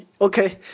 okay